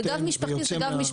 אבל גב משפחתי זה גם משפחתי,